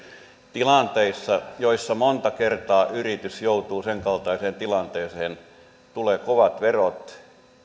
tilanteissa joissa monta kertaa yritys joutuu sen kaltaiseen tilanteeseen että tulee kovat verot